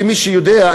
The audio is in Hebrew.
למי שיודע,